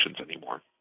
anymore